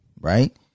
right